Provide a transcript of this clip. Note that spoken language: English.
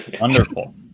Wonderful